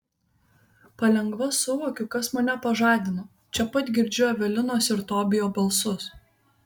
palengva suvokiu kas mane pažadino čia pat girdžiu evelinos ir tobijo balsus